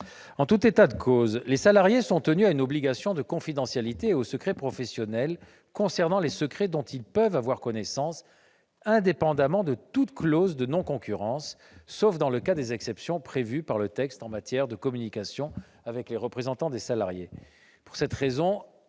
En tout état de cause, les salariés sont tenus à une obligation de confidentialité et au secret professionnel concernant les secrets dont ils peuvent avoir connaissance, indépendamment de toute clause de non-concurrence, sauf dans le cas des exceptions prévues par le texte en matière de communication avec les représentants des salariés. Pour cette raison,